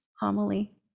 homily